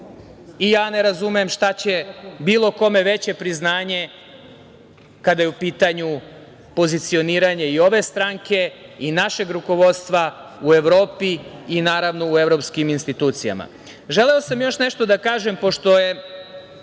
ne razumem šta će bilo kome veće priznanje kada je u pitanju pozicioniranje i ove stranke i našeg rukovodstva u Evropi i naravno u evropskim institucijama? Želeo sam još nešto da kažem pošto se